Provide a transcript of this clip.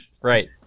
right